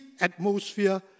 atmosphere